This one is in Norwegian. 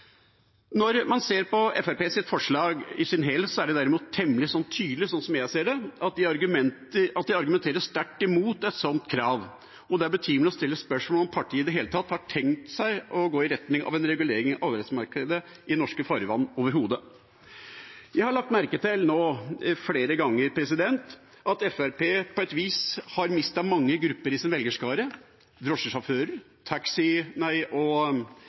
Når man ser på Fremskrittspartiets forslag i sin helhet, er det derimot temmelig tydelig, sånn som jeg ser det, at de argumenterer sterkt imot et sånt krav, og det er betimelig å stille spørsmål om partiet i det hele tatt har tenkt seg å gå i retning av en regulering av arbeidsmarkedet i norske farvann overhodet. Jeg har lagt merke til nå, flere ganger, at Fremskrittspartiet på et vis har mistet mange grupper i sin velgerskare, drosjesjåfører og langtransportsjåfører, og